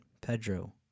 Pedro